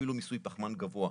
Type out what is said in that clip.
ואפילו למיסוי פחמן גבוה.